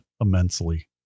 immensely